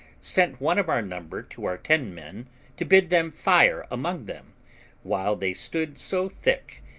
sent one of our number to our ten men to bid them fire among them while they stood so thick,